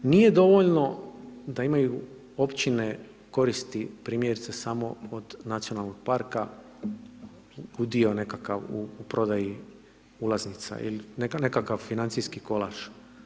Nije dovoljno da imaju općine koristi primjerice samo od nacionalnog parka, udio nekakav u prodaji ulaznica ili nekakav financijski kolaž.